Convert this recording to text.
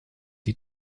die